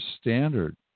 standard